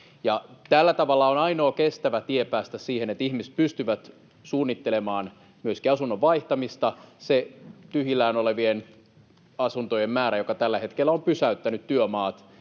Tämä tapa on ainoa kestävä tie päästä siihen, että ihmiset pystyvät suunnittelemaan myöskin asunnon vaihtamista. Se tyhjillään olevien asuntojen määrä, joka tällä hetkellä on pysäyttänyt työmaat,